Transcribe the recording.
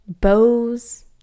bows